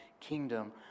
kingdom